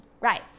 right